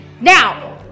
now